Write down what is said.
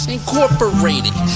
Incorporated